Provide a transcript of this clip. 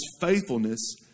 faithfulness